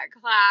class